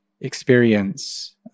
experience